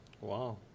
wow